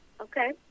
Okay